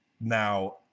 Now